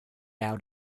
out